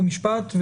חוק ומשפט,